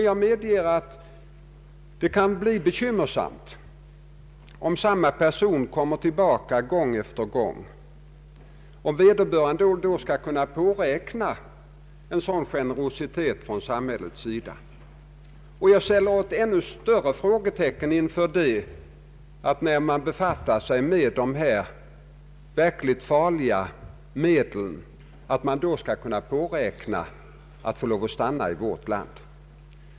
Jag medger att det kan bli bekymmersamt om samma person begår även lindrigare brott gång på gång och då skall kunna påräkna en ständig gene rositet från samhället. Jag sätter ett ännu större frågetecken inför möjligheten att man, fastän man har befattat sig med de verkligt farliga medlen, ändå skall kunna påräkna att få stanna i vårt land.